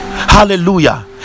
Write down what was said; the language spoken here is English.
hallelujah